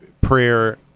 prayer